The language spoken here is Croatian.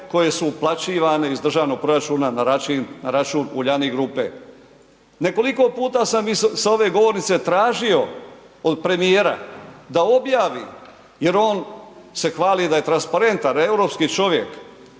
koje su uplaćivane iz državnog proračuna na račun Uljanik grupe. Nekoliko puta sam sa ove govornice tražio od premijera da objavi jer on se hvali da je transparentan europski čovjek,